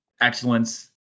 excellence